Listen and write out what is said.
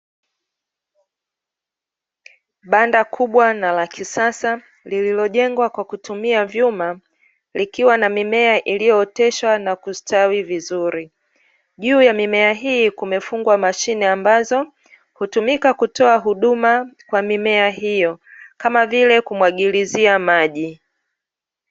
Banda kubwa na la kisasa lililojengwa kwa kutumia vyuma, likiwa na mimea iliyooteshwa na kustawi vizuri. Juu ya mimea hii kumefungwa mashine ambazo, hutumika kutoa huduma kwa mimea hiyo, kama vile kumwagilizia maji.